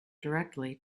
directly